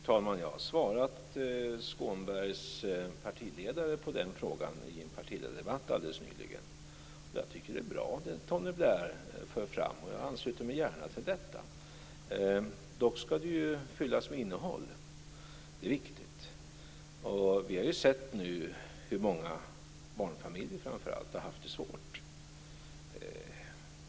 Fru talman! Jag har svarat Skånbergs partiledare på den frågan i en partiledardebatt nyligen. Jag tycker att det som Tony Blair för fram är bra, och jag ansluter mig gärna till detta. Dock skall det fyllas med innehåll - det är viktigt. Vi har nu sett hur framför allt många barnfamiljer har haft det svårt.